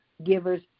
Givers